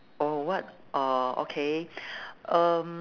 oh what uh okay um